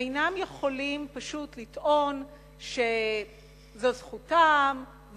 הם אינם יכולים פשוט לטעון שזו זכותם,